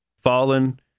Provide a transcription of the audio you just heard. fallen